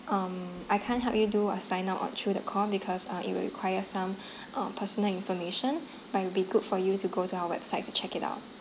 um I can't help you do a sign up on through the call because uh it will require some uh personal information but it'll be good for you to go to our website to check it out